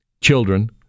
children